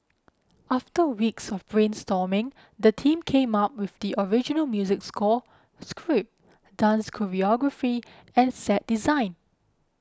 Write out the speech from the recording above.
after weeks of brainstorming the team came up with the original music score script dance choreography and set design